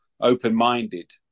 open-minded